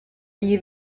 gli